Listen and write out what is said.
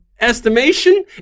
estimation